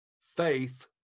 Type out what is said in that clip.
faith